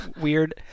weird